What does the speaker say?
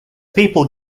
people